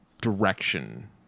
direction